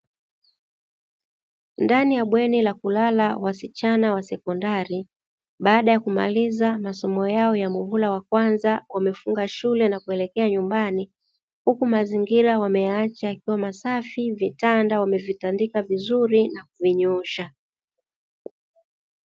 Ndani ya bweni la kulala wanafunzi wa sekondari baada ya kumaliza masomo Yao ya muhula wa kwanza wamefunga shule na kuelekea nyumbani huku mazingira wakiyaacha kuwa masafi, vitanda wamevitandika vizuri na kuvinyoosha.